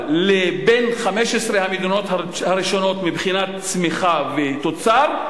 לבין 15 המדינות הראשונות מבחינת צמיחה ותוצר,